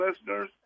listeners